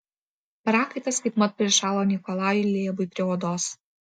prakaitas kaipmat prišalo nikolajui lėbui prie odos